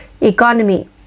Economy